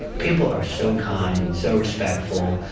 people are so kind, and so respectful,